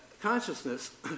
consciousness